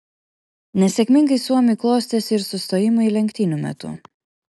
nesėkmingai suomiui klostėsi ir sustojimai lenktynių metu